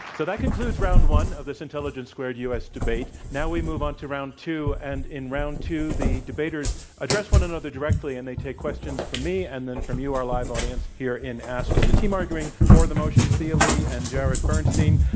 that concludes round one of this intelligence squared u. s. debate. now we move on to round two and in round two the debaters address one another directly and they take questions from me and then from you, our live audience here in aspen. the team arguing for the motion, thea lee and jared bernstein,